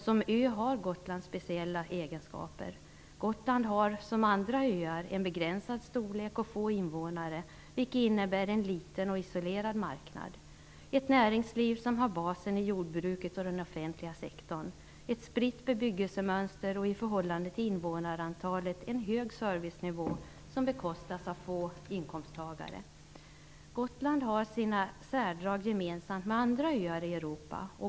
Som ö har Gotland speciella egenskaper. Gotland har, som andra öar, en begränsad storlek och få invånare, vilket innebär att marknaden är liten och isolerad. Det finns ett näringsliv som har basen i jordbruket och i den offentliga sektorn. Det är ett spritt bebyggelsemönster, och i förhållande till invånarantalet är det en hög servicenivå som bekostas av få inkomsttagare. Gotland har sina särdrag gemensamma med andra öar i Europa.